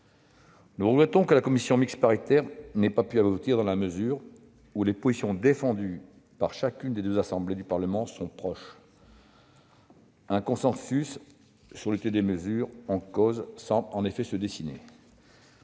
Nous regrettons que la commission mixte paritaire n'ait pas pu aboutir, dans la mesure où les positions défendues par chacune des deux assemblées du Parlement sont proches. Un consensus sur l'utilité des mesures en cause semble en effet se dessiner.